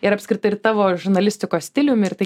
ir apskritai ir tavo žurnalistikos stiliumi ir tai